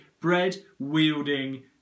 bread-wielding